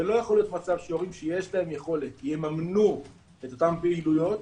לא יכול מצב שהורים שיש להם יכולת יממנו את אותן פעילויות,